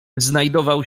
znajdował